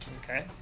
Okay